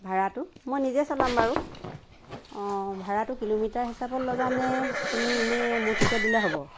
ভাড়াটো মই নিজে চলাম বাৰু ভাড়াটো কিলোমিটাৰ হিচাপত ল'বা নে তুমি এনেই মুঠকৈ দিলেই হ'ব